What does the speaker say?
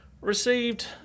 received